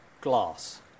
glass